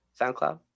SoundCloud